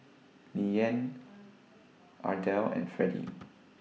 Lilyan Ardell and Fredy